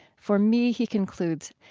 for me, he concludes,